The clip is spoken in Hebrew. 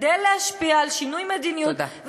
כדי להשפיע על שינוי מדיניות,